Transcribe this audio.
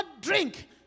drink